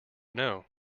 know